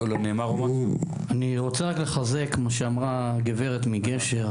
אני רוצה רק לחזק מה שאמרה הגברת מגשר,